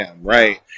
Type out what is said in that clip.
right